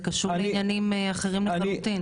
זה קשור לעניינים אחרים לחלוטין.